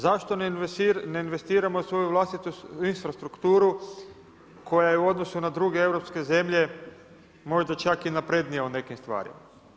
Zašto ne investiramo u svoju vlastitu infrastrukturu, koja je u odnosu na druge europske zemlje možda čak i naprednija u nekim stvarima?